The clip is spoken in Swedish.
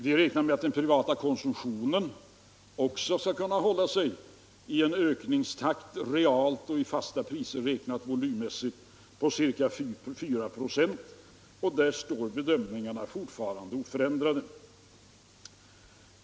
Vi väntar att den privata konsumtionen volymmässigt också skall kunna hålla sig vid en ökningstakt, realt och i fasta priser räknat, på ca 4 96, och där står bedömningarna fortfarande oförändrade.